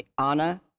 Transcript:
Anna